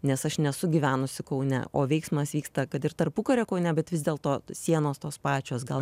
nes aš nesu gyvenusi kaune o veiksmas vyksta kad ir tarpukario kaune bet vis dėl to sienos tos pačios gal